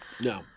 No